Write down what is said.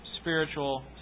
spiritual